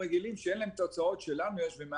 רגילים שאין להם את ההוצאות שלנו ואז